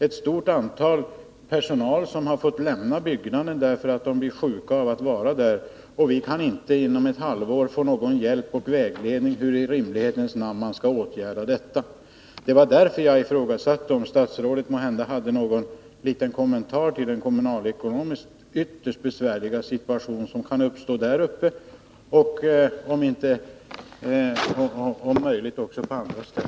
Ett stort antal anställda har fått lämna byggnaden för att de blir sjuka av att vistas där, och vi kan inte inom ett halvår få någon hjälp och vägledning när det gäller att avgöra hur man skall åtgärda detta. Det var därför jag frågade om statsrådet måhända hade någon liten kommentar till den kommunalekonomiskt ytterst besvärliga situation som kan uppstå i Gällivare och kanske också på andra ställen.